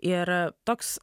ir toks